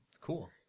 Cool